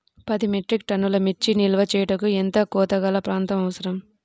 పది మెట్రిక్ టన్నుల మిర్చి నిల్వ చేయుటకు ఎంత కోలతగల ప్రాంతం అవసరం?